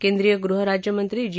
केंद्रीय गृहराज्यमंत्री जी